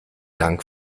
dank